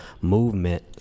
movement